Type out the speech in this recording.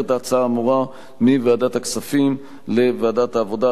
את ההצעה האמורה מוועדת הכספים לוועדת העבודה,